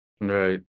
Right